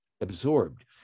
absorbed